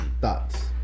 Thoughts